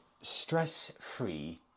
stress-free